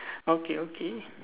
okay okay